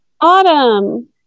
Autumn